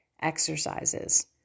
exercises